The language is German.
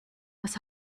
was